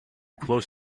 close